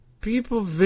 People